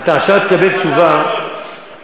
אתה עכשיו תקבל תשובה שתגיד